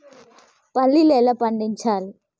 పల్లీలు ఎలా పండించాలి?